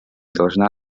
должна